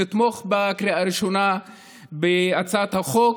אתמוך בקריאה הראשונה בהצעת החוק,